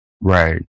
Right